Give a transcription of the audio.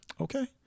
okay